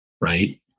right